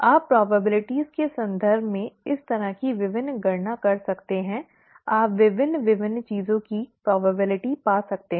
आप संभावनाओं के संदर्भ में इस तरह की विभिन्न गणना कर सकते हैं आप विभिन्न विभिन्न चीजों की संभावना पा सकते हैं